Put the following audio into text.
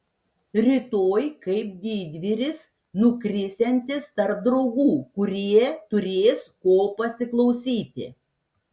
rytoj kaip didvyris nukrisiantis tarp draugų kurie turės ko pasiklausyti